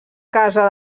casa